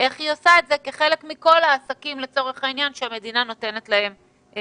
איך היא עושה את זה כחלק מכל העסקים שהמדינה נותנת להם שיפוי.